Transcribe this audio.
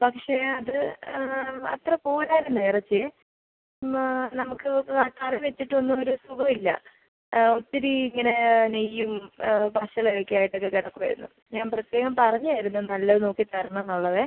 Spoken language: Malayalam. പക്ഷെ അത് അത്ര പോരായിരുന്നു ആ ഇറച്ചി എന്നാ നമുക്ക് ആ കറി വെച്ചിട്ടും ഒന്നൊരു സുഖവില്ല ഒത്തിരി ഇങ്ങനെ നെയ്യും പശയൊക്കെയായിട്ട് കിടക്കുവായിരുന്നു ഞാൻ പ്രത്യേകം പറഞ്ഞായിരുന്നു നല്ലത് നോക്കി തരണം എന്നുള്ളതൊക്കെ